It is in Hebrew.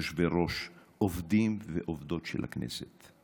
יושבי-ראש, עובדים ועובדות של הכנסת.